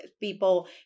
people